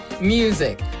music